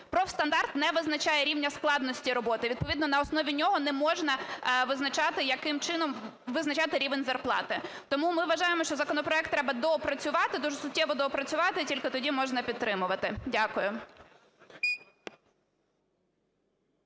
Профстандарт не визначає рівня складності роботи, відповідно на основі нього не можна визначати рівень зарплати. Тому ми вважаємо, що законопроект треба доопрацювати, дуже суттєво доопрацювати і тільки тоді можна підтримувати. Дякую.